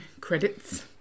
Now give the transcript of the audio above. credits